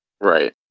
Right